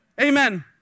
Amen